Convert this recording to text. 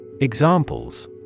Examples